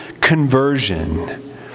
conversion